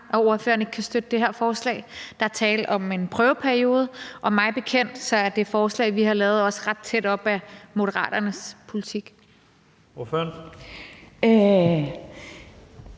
og ordføreren ikke kan støtte det her forslag. Der er tale om en prøveperiode, og mig bekendt ligger det forslag, vi har lavet, ret tæt op ad Moderaternes politik. Kl. 17:48